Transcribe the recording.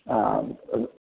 आम्